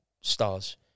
stars